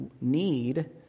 need